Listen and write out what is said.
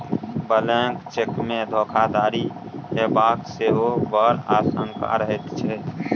blank चेकमे धोखाधड़ी हेबाक सेहो बड़ आशंका रहैत छै